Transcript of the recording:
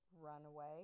runaway